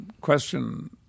question